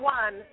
one